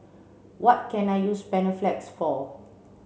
what can I use Panaflex for